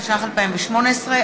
התשע"ח 2018,